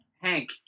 Hank